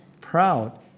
proud